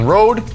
Road